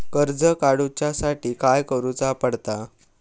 कर्ज काडूच्या साठी काय करुचा पडता?